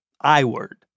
I-word